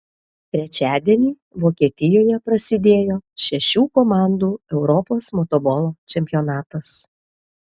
trečiadienį vokietijoje prasidėjo šešių komandų europos motobolo čempionatas